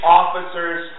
officers